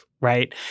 right